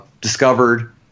discovered